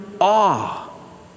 awe